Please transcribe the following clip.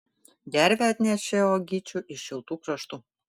gervė atnešė uogyčių iš šiltų kraštų